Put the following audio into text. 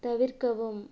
தவிர்க்கவும்